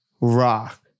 Rock